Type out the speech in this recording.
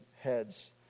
heads